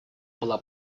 была